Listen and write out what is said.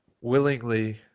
willingly